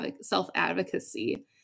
self-advocacy